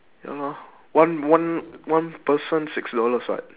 ya lor one one one person six dollars [what]